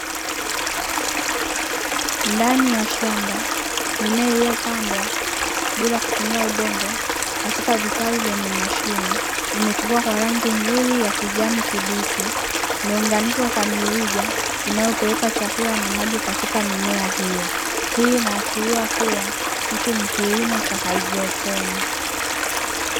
Ndani ya shamba, mimea iliyopandwa bila kutumia udongo katika vitalu vyenye mashimo vimechipua kwa rangi nzuri ya kijani kibichi. Imeunganishwa kwa mirija inayopeleka chakula na maji katika mimea hiyo. Hii inaashiria kuwa hiki ni kilimo cha haidroponi.